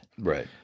Right